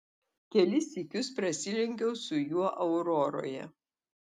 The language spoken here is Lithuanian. kelis sykius prasilenkiau su juo auroroje